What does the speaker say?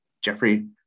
Jeffrey